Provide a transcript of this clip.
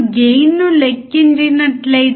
ground ను ఎలా connect చేయాలి